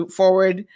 forward